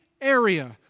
area